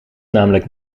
namelijk